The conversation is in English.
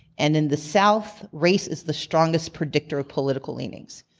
and in the south, race is the strongest predictor of political leanings.